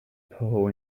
paw